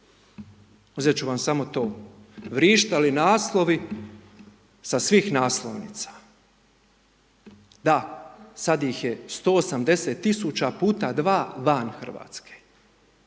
Uzet ću vam samo to. Vrištali naslovi sa svih naslovnica, da, sad ih je 180 000 x 2 van RH, tako